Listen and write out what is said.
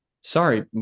sorry